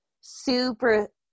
super